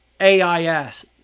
AIS